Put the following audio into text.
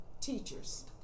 teachers